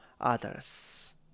others